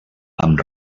amb